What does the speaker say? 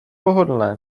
pohodlné